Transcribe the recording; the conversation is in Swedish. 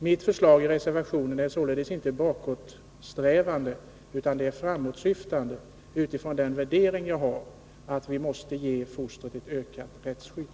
Mitt förslag i reservationen är således inte bakåtsträvande utan framåtsyftande utifrån den värdering jag har att vi måste ge fostret ett ökat rättsskydd.